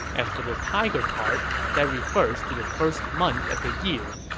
as for the tiger part, that refers to the first month of the year.